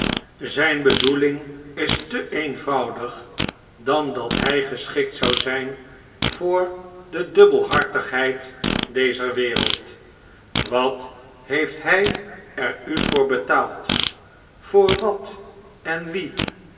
zyn bedoeling is te eenvoudig dan dat hy geschikt zou zyn voor de dubbelhartigheid dezer wereld wat heeft hy er u voor betaald voor wat en wie